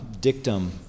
dictum